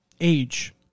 age